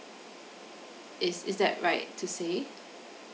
is is that right to say